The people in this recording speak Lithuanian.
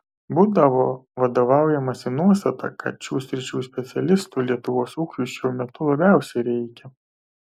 buvo vadovaujamasi nuostata kad šių sričių specialistų lietuvos ūkiui šiuo metu labiausiai reikia